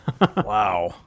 Wow